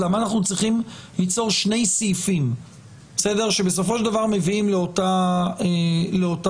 למה אנחנו צריכים ליצור שני סעיפים שבסופו של דבר מביאים לאותה תוצאה?